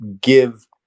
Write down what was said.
give